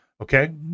Okay